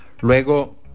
luego